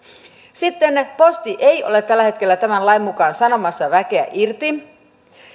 sitten posti ei ole tällä hetkellä tämän lain mukaan sanomassa väkeä irti